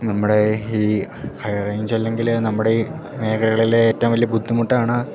നമ്മുടെ ഈ high range അല്ലങ്കില് നമ്മുടെ ഈ മേഖലകളിലേറ്റവും വലിയ ബുദ്ധിമുട്ടാണ്